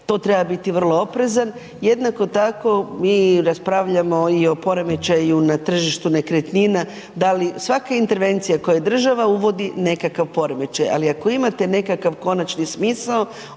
to treba biti vrlo oprezan. Jednako tako mi raspravljamo i o poremećaju na tržištu nekretnina, da li svaka intervencija koju država uvodi nekakav poremećaj, ali ako imate nekakav konačni smisao